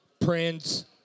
Prince